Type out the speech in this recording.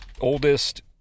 oldest